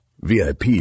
VIP